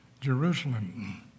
Jerusalem